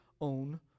own